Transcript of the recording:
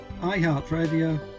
iHeartRadio